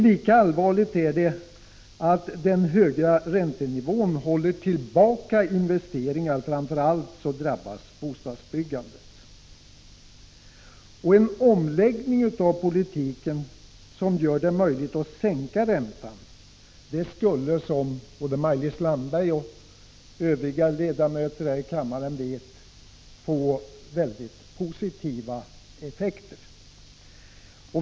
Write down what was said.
Lika allvarligt är det att den höga räntenivån håller tillbaka investeringar. Framför allt drabbas bostadsbyggandet. En omläggning av politiken som gör det möjligt att sänka räntan skulle, som både Maj-Lis Landberg och övriga ledamöter här i kammaren vet, få mycket positiva effekter.